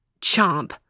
chomp